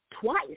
twice